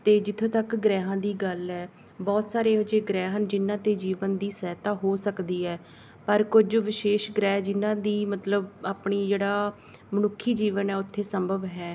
ਅਤੇ ਜਿੱਥੋਂ ਤੱਕ ਗ੍ਰਹਿਆਂ ਦੀ ਗੱਲ ਹੈ ਬਹੁਤ ਸਾਰੇ ਇਹੋ ਜਿਹੇ ਗ੍ਰਹਿ ਹਨ ਜਿਹਨਾਂ 'ਤੇ ਜੀਵਨ ਦੀ ਸਹਾਇਤਾ ਹੋ ਸਕਦੀ ਹੈ ਪਰ ਕੁਝ ਵਿਸ਼ੇਸ਼ ਗ੍ਰਹਿ ਜਿਹਨਾਂ ਦੀ ਮਤਲਬ ਆਪਣੀ ਜਿਹੜਾ ਮਨੁੱਖੀ ਜੀਵਨ ਹੈ ਉੱਥੇ ਸੰਭਵ ਹੈ